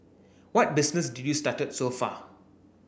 what business did you started so far